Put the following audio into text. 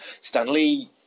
Stanley